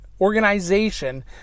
organization